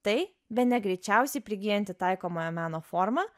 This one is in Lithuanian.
tai bene greičiausiai prigyjanti taikomojo meno forma